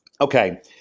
okay